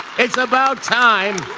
it's about time!